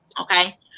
okay